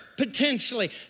Potentially